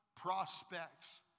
prospects